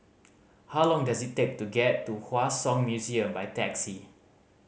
how long does it take to get to Hua Song Museum by taxi